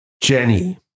Jenny